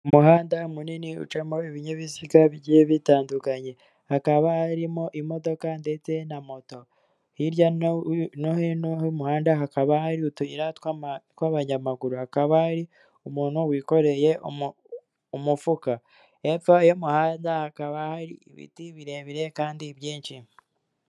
Umuhanda munini ucamo ibinyabiziga bigiye bitandukanye hakaba harimo imodoka ndetse na moto, hirya no hino y'umuhanda hakaba hari utuyira tw'abanyamaguru hakaba hari umuntu wikoreye umufuka, hepfo y'umuhanda hakaba hari ibiti birebire kandi byinshi.